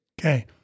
Okay